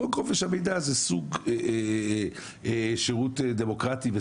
חוק חופש המידע הוא סוג שירות דמוקרטי,